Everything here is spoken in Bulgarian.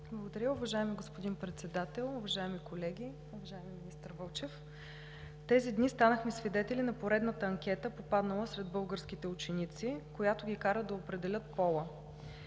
Благодаря. Уважаеми господин Председател, уважаеми колеги, уважаеми министър Вълчев! Тези дни станахме свидетели на поредната анкета, попаднала сред българските ученици, която ги кара да определят пола.